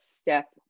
step